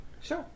Sure